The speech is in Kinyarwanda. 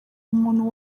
umuntu